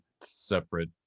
separate